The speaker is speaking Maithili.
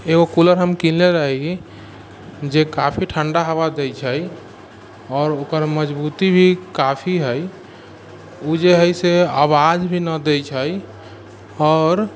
एगो कूलर हम किनले रही जे काफी ठण्डा हवा दै छै आओर ओकर मजबूती भी काफी हइ ओ जे हइ से आवाज भी नहि दै छै आओर